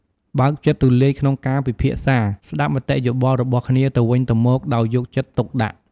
បើកចិត្តទូលាយក្នុងការពិភាក្សា ស្ដាប់មតិយោបល់របស់គ្នាទៅវិញទៅមកដោយយកចិត្តទុកដាក់។